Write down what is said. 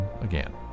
again